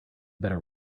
better